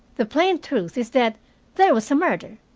the plain truth is, that there was a murder,